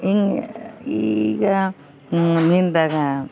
ಹಿಂಗ್ ಈಗ ಮೀನ್ದಾಗ